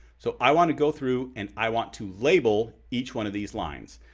so i want to go through and i want to label each one of these lines.